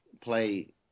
play